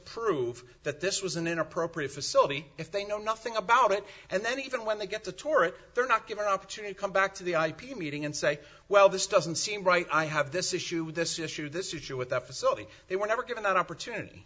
prove that this was an inappropriate facility if they know nothing about it and then even when they get to tour it they're not given opportunity come back to the ip meeting and say well this doesn't seem right i have this issue this issue this issue with that facility they were never given that opportunity